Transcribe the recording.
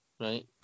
right